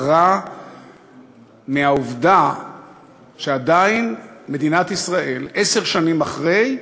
רע בעובדה שעדיין מדינת ישראל, עשר שנים אחרי,